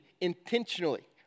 intentionally